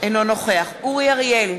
אינו נוכח אורי אריאל,